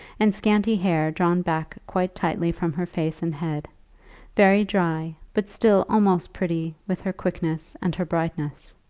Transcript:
and scanty hair drawn back quite tightly from her face and head very dry, but still almost pretty with her quickness and her brightness.